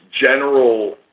general